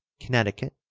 connecticut,